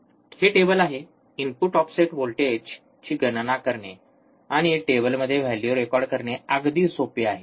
हे टेबल आहे input offset व्होल्टेजची गणना करणे आणि टेबलमध्ये व्हॅल्यू रेकॉर्ड करणे अगदी सोपे आहे